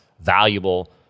valuable